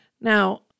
Now